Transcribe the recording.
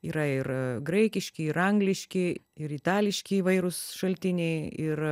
yra ir graikiški ir angliški ir itališki įvairūs šaltiniai ir